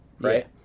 Right